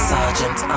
Sergeant